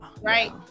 Right